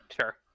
Sure